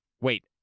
Wait